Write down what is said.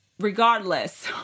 regardless